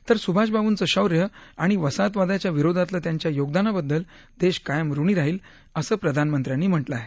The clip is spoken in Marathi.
तर सुभाषबाबूचं शौर्य आणि वसाहतवादाच्या विरोधातलं त्यांच्या योगदानाबद्दल देश कायम ऋणी राहील असं प्रधानमंत्र्यांनी म्हटलं आहे